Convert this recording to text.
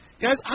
Guys